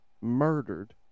murdered